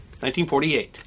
1948